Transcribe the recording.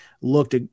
looked